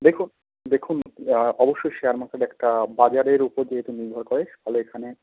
দেখুন দেখুন অবশ্যই শেয়ার মার্কেট একটা বাজারের ওপর যেহেতু নির্ভর করে ফলে এখানে